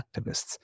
activists